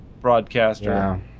broadcaster